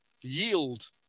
Yield